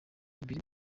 ibiri